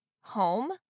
home